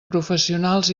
professionals